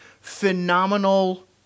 phenomenal